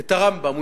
את הרמב"ם,